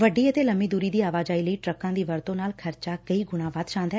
ਵੱਡੀ ਅਤੇ ਲੰਮੀ ਦੁਰੀ ਦੀ ਆਵਾਜਾਈ ਲਈ ਟਰੱਕਾਂ ਦੀ ਵਰਤੋ ਨਾਲ ਖਰਚਾ ਕਈ ਗੁਣਾ ਵੱਧ ਜਾਂਦੈ